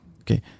okay